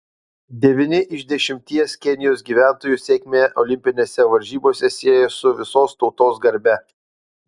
devyni iš dešimties kenijos gyventojų sėkmę olimpinėse varžybose sieja su visos tautos garbe